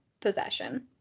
possession